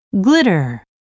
Glitter